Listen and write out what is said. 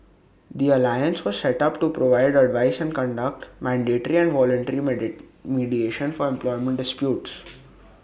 the alliance was set up to provide advice and conduct mandatory and voluntary mediation for employment disputes